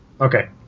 Okay